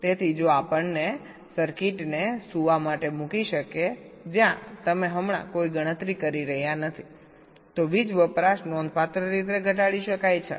તેથી જો આપણે સર્કિટને સુવા માટે મૂકી શકીએ જ્યાં તમે હમણાં કોઈ ગણતરી કરી રહ્યા નથી તો વીજ વપરાશ નોંધપાત્ર રીતે ઘટાડી શકાય છે